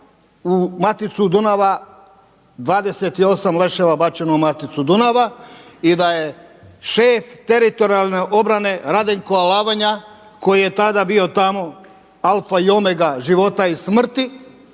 u maticu Dunava 28 leševa bačeno u maticu Dunava i da je šef teritorijalne obrane Radenko Alavanja koji je tada bio tamo alfa i omega života i smrti